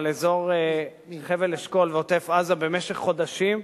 על אזור חבל-אשכול ועוטף-עזה במשך חודשים,